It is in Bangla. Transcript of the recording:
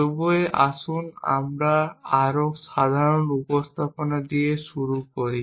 তবে আসুন আরও সাধারণ উপস্থাপনা দিয়ে শুরু করি